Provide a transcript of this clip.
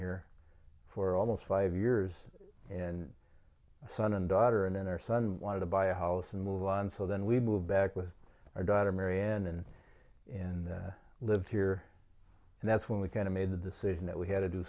here for almost five years and son and daughter and then our son wanted to buy a house and move on so then we moved back with our daughter marianne and and live here and that's when we kind of made the decision that we had to do